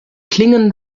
klingen